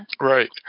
Right